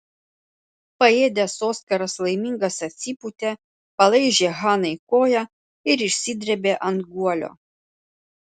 paėdęs oskaras laimingas atsipūtė palaižė hanai koją ir išsidrėbė ant guolio